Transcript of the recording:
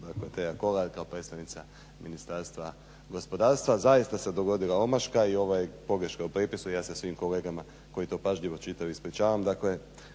gospođa Teja Kolar kao predstavnica Ministarstva gospodarstva. Zaista se dogodila omaška, i pogreška u prijepisu i ja se svim kolegama koji to pažljivo čitaju ispričavam.